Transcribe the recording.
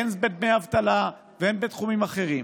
הן בדמי אבטלה והן בתחומים אחרים.